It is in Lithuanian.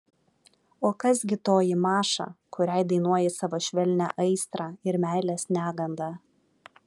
o kas gi toji maša kuriai dainuoji savo švelnią aistrą ir meilės negandą